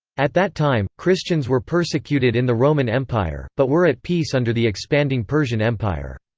at that time, christians were persecuted in the roman empire, but were at peace under the expanding persian empire.